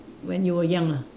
when you were young lah